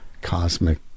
cosmic